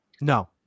No